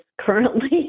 currently